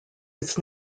its